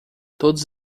todos